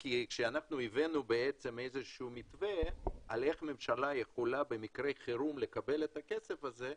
כשהבאנו מתווה על איך ממשלה יכולה במקרה חירום לקבל את הכסף הזה,